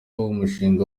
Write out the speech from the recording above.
n’umushinga